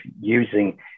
using